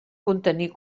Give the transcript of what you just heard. contenir